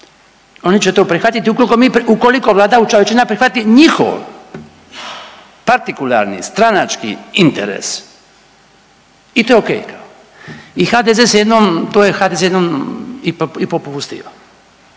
oni će to prihvatiti ukoliko mi, ukoliko vladajuća većina prihvati njihov partikularni stranački interes i to je okej. I HDZ se jednom, to je HDZ jednom i popustio